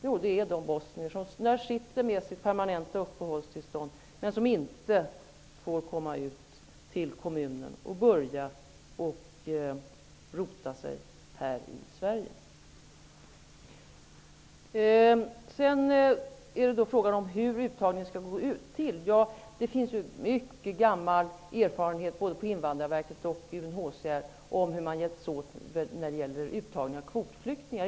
Jo, det är bosnier som sitter med sina permanenta uppehållstillstånd men som inte får komma ut till kommunen och börja rota sig här i Sverige. Sedan till frågan om hur uttagningen av flyktingarna skall gå till. Det finns mycket gammal erfarenhet både hos Invandrarverket och hos UNHCR om hur man hjälps åt när det gäller uttagningen av kvotflyktingar.